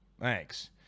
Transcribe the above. Thanks